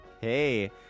Hey